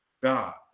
God